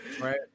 right